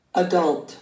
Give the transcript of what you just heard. Adult